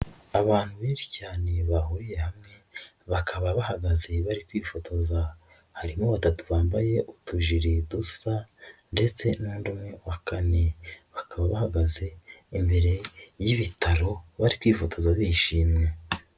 Abantu benshi cyane bahuriye hamwe, bakaba bahagaze bari kwifotoza, harimo batatu bambaye utujiri dusa ndetse n'undi umwe wa kane, bakaba bahagaze imbere y'ibitaro, bari kwifotoza bishimye.